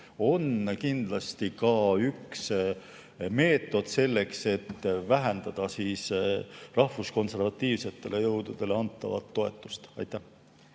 kitsendamine on üks meetod selleks, et vähendada rahvuskonservatiivsetele jõududele antavat toetust. Aitäh!